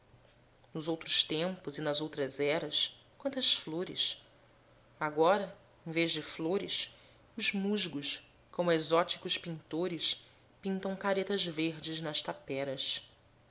nos outros tempos e nas outras eras quantas flores agora em vez de flores os musgos como exóticos pintores pintam caretas verdes nas taperas